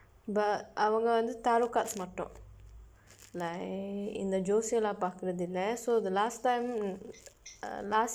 but அவங்கள் வந்து:avangkal vandthu tarot cards மட்டும்:matdum like இந்த ஜோசியர்லாம் பார்க்குரதில்ல:indtha joosiyarllam paarkkurathulla so the last time last